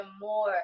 more